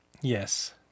Yes